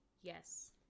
Yes